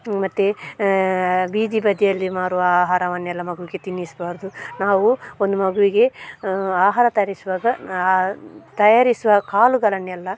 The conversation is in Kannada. ಮತ್ತು ಬೀದಿ ಬದಿಯಲ್ಲಿ ಮಾರುವ ಆಹಾರವನ್ನೆಲ್ಲ ಮಗುವಿಗೆ ತಿನ್ನಿಸ್ಬಾರ್ದು ನಾವು ಒಂದು ಮಗುವಿಗೆ ಆಹಾರ ತರಿಸುವಾಗ ಆ ತಯಾರಿಸುವ ಕಾಳುಗಳನ್ನೆಲ್ಲ